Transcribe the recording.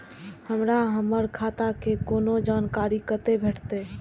हमरा हमर खाता के कोनो जानकारी कते भेटतै